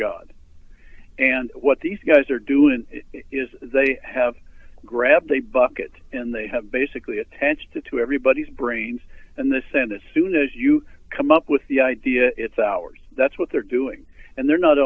god and what these guys are doing is they have grabbed a bucket and they have basically attention to everybody's brains and the sentence soon as you come up with the idea it's ours that's what they're doing and they're not